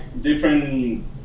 different